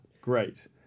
Great